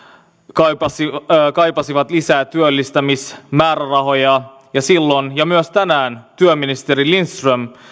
kaipasivat kaipasivat lisää työllistämismäärärahoja ja silloin ja myös tänään työministeri lindström